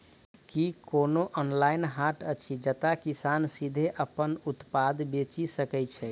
की कोनो ऑनलाइन हाट अछि जतह किसान सीधे अप्पन उत्पाद बेचि सके छै?